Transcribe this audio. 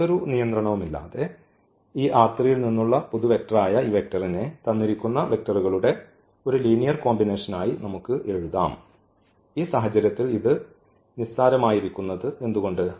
യാതൊരു നിയന്ത്രണവുമില്ലാതെ ഈ ൽ നിന്നുള്ള പൊതു വെക്റ്ററായ ഈ വെക്റ്റർനെ ഈ തന്നിരിക്കുന്ന വെക്റ്ററുകളുടെ ഒരു ലീനിയർ കോമ്പിനേഷൻ ആയി നമുക്ക് എഴുതാം ഈ സാഹചര്യത്തിൽ ഇത് നിസ്സാരമായിരിക്കുന്നത് എന്തുകൊണ്ട്